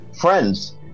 Friends